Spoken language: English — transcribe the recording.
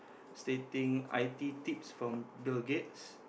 stating i_t tips from the gates